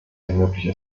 ermöglicht